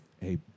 Hey